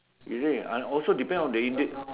is it and also depends on the indie